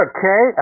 Okay